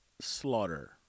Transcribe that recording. Slaughter